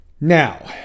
Now